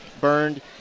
burned